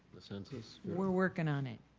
the census? we're working on it,